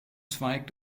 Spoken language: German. zweig